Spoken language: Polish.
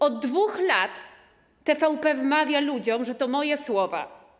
Od 2 lat TVP wmawia ludziom, że to moje słowa.